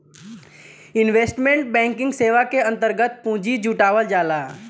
investment banking सेवा के अंतर्गत पूंजी जुटावल जाला